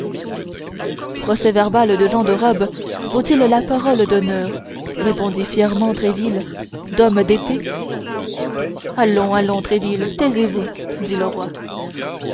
procès-verbal de gens de robe vaut-il la parole d'honneur répondit fièrement tréville d'homme d'épée allons allons tréville taisez-vous dit le roi